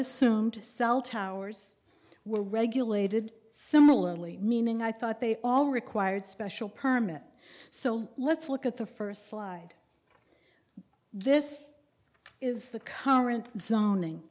assume to cell towers were regulated similarly meaning i thought they all required special permit so let's look at the first slide this is the current zoning